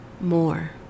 more